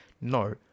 No